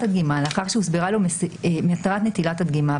הדגימה לאחר שהוסברה לו מטרת נטילת הדגימה,